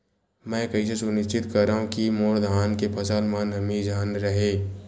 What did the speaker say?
मैं कइसे सुनिश्चित करव कि मोर धान के फसल म नमी झन रहे?